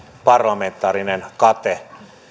parlamentaarinen kate